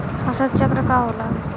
फसल चक्र का होला?